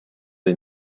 les